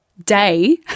day